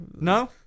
no